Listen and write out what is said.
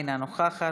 אינה נוכחת,